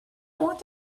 want